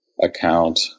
account